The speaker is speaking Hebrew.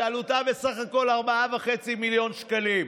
שעלותה בסך הכול 4.5 מיליון שקלים.